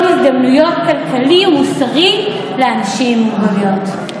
הזדמנויות כלכלי ומוסרי לאנשים עם מוגבלות.